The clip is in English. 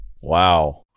Wow